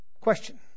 Question